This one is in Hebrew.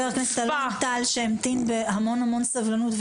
חבר הכנסת אלון טל שהמתין בהמון המון סבלנות ולא התפרץ.